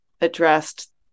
addressed